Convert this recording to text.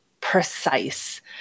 precise